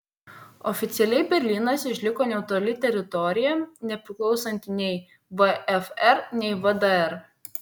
oficialiai berlynas išliko neutrali teritorija nepriklausanti nei vfr nei vdr